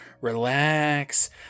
Relax